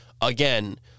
again